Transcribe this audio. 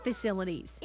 facilities